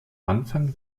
anfang